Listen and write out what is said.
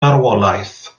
marwolaeth